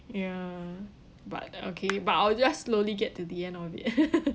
ya but okay but I'll just slowly get to the end of it